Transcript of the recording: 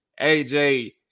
AJ